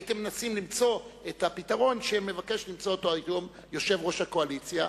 הייתם מנסים למצוא את הפתרון שמבקש למצוא היום יושב-ראש הקואליציה,